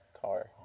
car